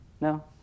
No